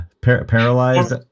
Paralyzed